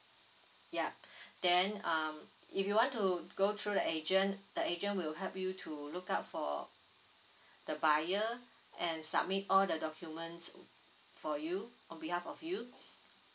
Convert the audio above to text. yup then um if you want to go through the agent the agent will help you to look out for the buyer and submit all the documents for you on behalf of you